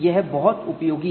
यह बहुत उपयोगी है